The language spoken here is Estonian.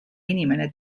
inimene